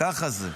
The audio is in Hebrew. ככה זה.